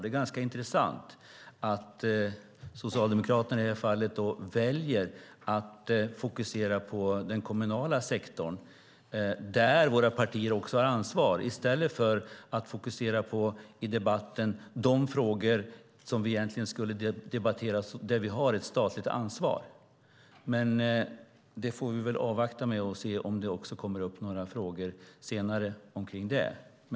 Det är intressant att Socialdemokraterna i det här fallet väljer att fokusera på den kommunala sektorn, där våra partier också har ansvar, i stället för att i debatten fokusera på de frågor som vi egentligen ska debattera där det finns ett statligt ansvar. Vi får väl avvakta och se om det kommer frågor senare.